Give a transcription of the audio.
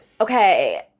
Okay